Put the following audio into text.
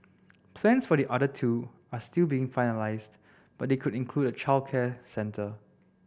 plans for the other two are still being finalised but they could include a childcare centre